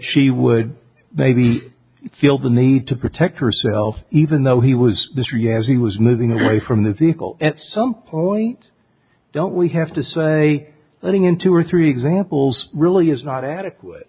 she would maybe feel the need to protect herself even though he was the three as he was moving away from the vehicle at some point don't we have to say running in two or three examples really is not adequate